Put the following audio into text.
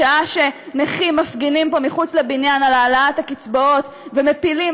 בשעה שנכים מפגינים פה מחוץ לבניין על העלאת הקצבאות ומפילים